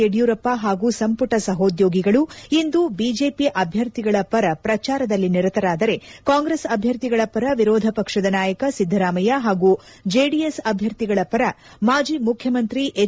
ಯಡಿಯೂರಪ್ಪ ಹಾಗೂ ಸಂಪುಟ ಸಹೋದ್ಯೋಗಿಗಳು ಇಂದು ಬಿಜೆಪಿ ಅಭ್ಯರ್ಥಿಗಳ ಪರ ಪ್ರಚಾರದಲ್ಲಿ ನಿರತರಾದರೆ ಕಾಂಗ್ರೆಸ್ ಅಭ್ದರ್ಥಿಗಳ ಪರ ವಿರೋಧ ಪಕ್ಷದ ನಾಯಕ ಸಿದ್ದರಾಮಯ್ಯ ಮತ್ತು ಜೆಡಿಎಸ್ ಅಭ್ಯರ್ಥಿಗಳ ಪರ ಮಾಜಿ ಮುಖ್ಯಮಂತ್ರಿ ಎಚ್